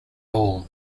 all